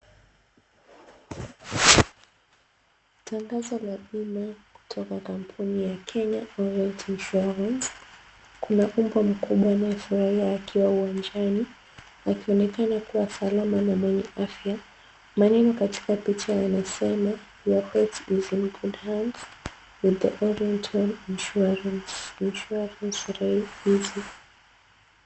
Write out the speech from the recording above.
Tangazo la bima kutoka kampuni ya Kenya Orient Insurance. Kuna mbwa mkubwa anayefurahia akiwa uwanjani akionekana kuwa salama na mwenye afya. Maneno katika picha yanasema" Your pet is in Good Hands With The Orient Home Insurance, Insurance Rah-Easy.